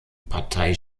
partei